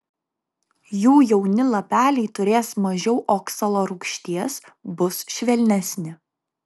jų jauni lapeliai turės mažiau oksalo rūgšties bus švelnesni